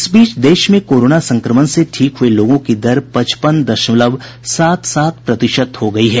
इस बीच देश में कोरोना संक्रमण से ठीक हुये लोगों की दर पचपन दशमलव सात सात प्रतिशत हो गई है